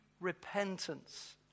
repentance